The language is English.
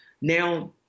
Now